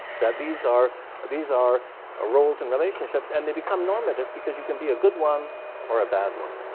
that these are these are ah roles and relationships. and they become normative, because you can be a good one or a bad one.